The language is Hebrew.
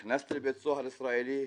נכנסתי לבית סוהר ישראלי,